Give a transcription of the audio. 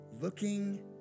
Looking